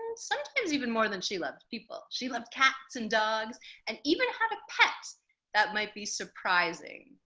sometimes even more than she loved people. she loved cats and dogs and even had a pet that might be surprising.